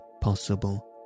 possible